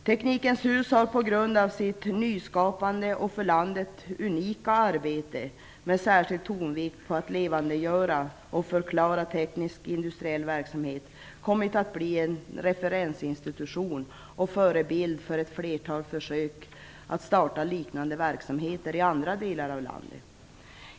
Teknikens hus har på grund av sitt nyskapande och för landet unika arbete med särskild tonvikt på att levandegöra och förklara teknisk industriell verksamhet kommit att bli en referensinstitution och förebild för ett flertal försök att starta liknande verksamheter i andra delar av landet.